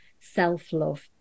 self-love